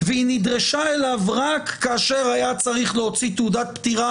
והיא נדרשה אליו רק כאשר היה צריך להוציא תעודת פטירה,